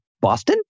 Boston